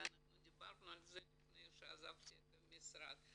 ואנחנו דיברנו על זה לפני שעזבתי את המשרד.